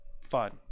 fun